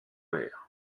l’air